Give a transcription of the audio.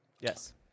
Yes